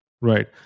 Right